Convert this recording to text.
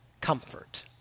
comfort